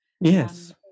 Yes